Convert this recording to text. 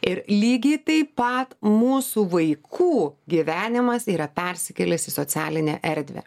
ir lygiai taip pat mūsų vaikų gyvenimas yra persikėlęs į socialinę erdvę